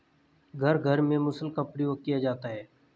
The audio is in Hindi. घर घर में मुसल का प्रयोग किया जाता है